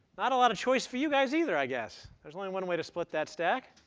not a lot of choice for you guys either, i guess. there's only one way to split that stack.